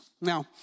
Now